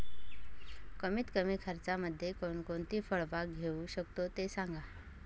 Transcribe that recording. कमीत कमी खर्चामध्ये कोणकोणती फळबाग घेऊ शकतो ते सांगा